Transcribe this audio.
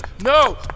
no